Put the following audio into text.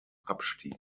abstieg